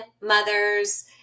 mothers